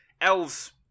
Elves